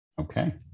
Okay